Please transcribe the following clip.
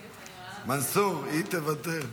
מנסור, היא תוותר?